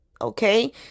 okay